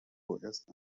vorerst